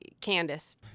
Candace